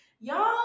y'all